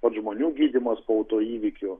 pats žmonių gydymas autoįvykių